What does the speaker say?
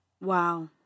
Wow